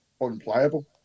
unplayable